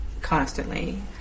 constantly